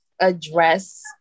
address